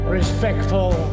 respectful